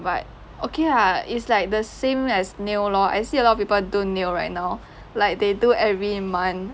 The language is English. but okay lah it's like the same as nail lor I see a lot of people do nail right now like they do every month